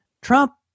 Trump